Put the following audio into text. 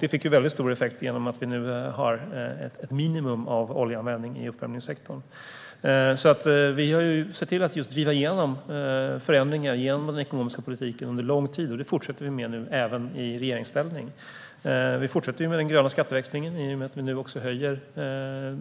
Det fick väldigt stor effekt så till vida att vi nu har ett minimum av oljeanvändning i uppvärmningssektorn. Vi har sett till att driva igenom förändringar genom den ekonomiska politiken under lång tid. Det fortsätter vi med även i regeringsställning. Vi fortsätter med den gröna skatteväxlingen i och med att vi nu också höjer